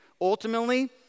Ultimately